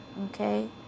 okay